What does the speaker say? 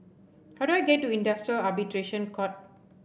how do I get to Industrial Arbitration Court